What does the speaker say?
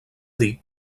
dir